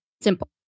simple